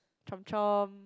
Chomp-Chomp